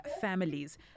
families